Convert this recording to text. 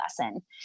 lesson